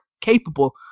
capable